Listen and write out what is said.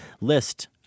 list